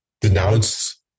denounce